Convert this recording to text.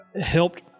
helped